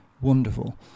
wonderful